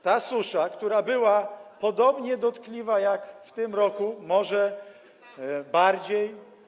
ta susza, która była podobnie dotkliwa jak w tym roku, może bardziej.